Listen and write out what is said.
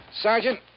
Sergeant